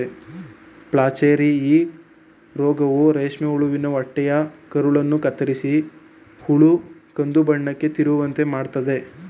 flacherie ಈ ರೋಗವು ರೇಷ್ಮೆ ಹುಳುವಿನ ಹೊಟ್ಟೆಯ ಕರುಳನ್ನು ಕತ್ತರಿಸಿ ಹುಳು ಕಂದುಬಣ್ಣಕ್ಕೆ ತಿರುಗುವಂತೆ ಮಾಡತ್ತದೆ